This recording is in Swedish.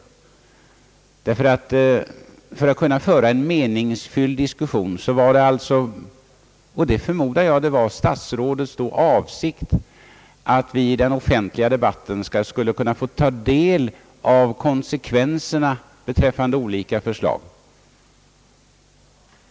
Jag förmodar att det var statsrådets avsikt att vi offentligen skulle kunna ta del av konsekvenserna beträffande olika förslag, eftersom det är nödvändigt för att vi skall kunna föra en meningsfylld diskussion.